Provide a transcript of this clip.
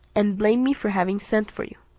and blame me for having sent for you.